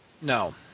No